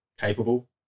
capable